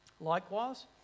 Likewise